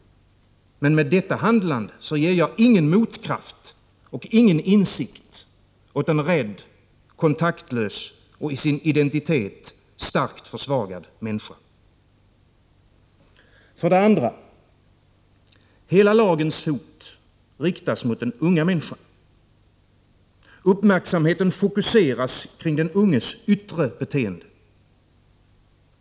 Men med detta handlande ger jag ingen motkraft och ingen insikt åt en rädd, kontaktlös och i sin identitet starkt försvagad människa. För det andra: Hela lagens hot riktas mot den unga människan. Uppmärksamheten fokuseras kring den unges yttre beteende.